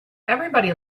everybody